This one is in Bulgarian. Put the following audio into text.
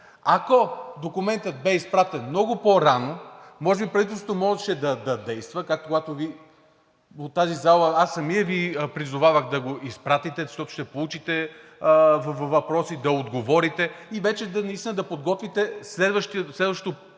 Ако документът бе изпратен много по-рано, може би правителството можеше да действа, както когато от тази зала аз самият Ви призовавах да го изпратите, защото ще получите въпроси, на които да отговорите, и вече наистина да подготвите следващото